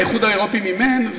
האיחוד האירופי מימן,